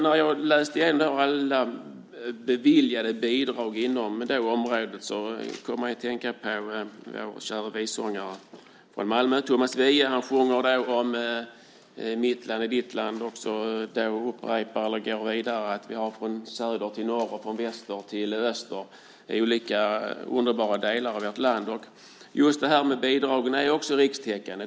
När jag läste igenom alla beviljade bidrag inom området kom jag att tänka på vår käre vissångare från Malmö Thomas Wiehe. Han sjunger om att mitt land är ditt land. Han går vidare med från söder till norr och från väster till öster olika underbara delar av vårt land. Bidragen är också rikstäckande.